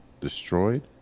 destroyed